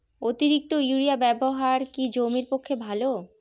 অতিরিক্ত ইউরিয়া ব্যবহার কি জমির পক্ষে ভালো?